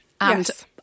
Yes